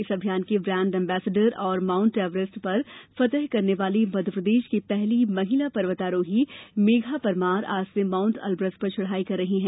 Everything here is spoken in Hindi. इस अभियान की ब्रांड एंबेसडर और माउंट एवरेस्ट पर फतह करने वाली मध्य प्रदेश की पहली महिला पर्वतारोही मेघा परमार आज से माउंट एल्ब्रस पर चढ़ाई कर रही हैं